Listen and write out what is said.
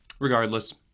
Regardless